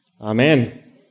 Amen